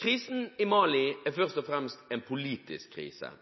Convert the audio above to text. Krisen i Mali er først og fremst en politisk krise.